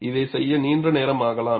இதைச் செய்ய நீண்ட நேரம் ஆகலாம்